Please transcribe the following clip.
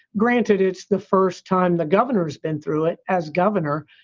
granted, it's the first time the governor has been through it as governor.